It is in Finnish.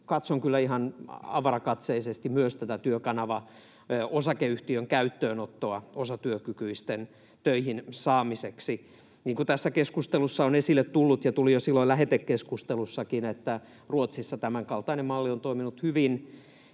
katson kyllä ihan avarakatseisesti myös tätä Työkanava Oy:n käyttöönottoa osatyökykyisten töihin saamiseksi. Niin kuin tässä keskustelussa on esille tullut ja tuli jo silloin lähetekeskustelussakin, niin Ruotsissa tämänkaltainen malli on toiminut hyvin,